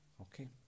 Okay